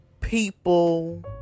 people